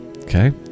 Okay